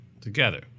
Together